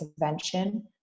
intervention